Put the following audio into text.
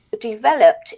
developed